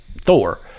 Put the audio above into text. thor